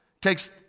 takes